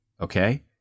Okay